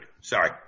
Sorry